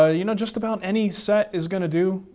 ah you know just about any set is going to do.